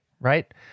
right